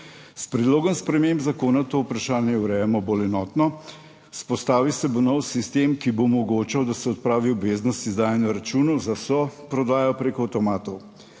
S predlogom sprememb zakona to vprašanje urejamo bolj enotno. Vzpostavil se bo nov sistem, ki bo omogočal, da se odpravi obveznost izdajanja računov za vso prodajo preko avtomatov.